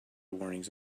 warnings